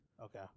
Okay